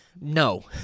No